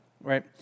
right